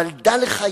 אבל דע לך,